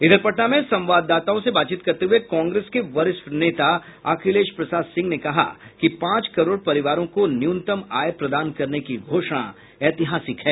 इधर पटना में संवाददाताओं से बातचीत करते हुए कांग्रेस के वरिष्ठ नेता अखिलेश प्रसाद सिंह ने कहा कि पांच करोड़ परिवारों को न्यूनतम आय प्रदान करने की घोषणा ऐतिहासिक है